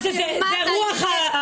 מה הקשר, זה לא קשור בכלל.